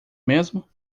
mesmo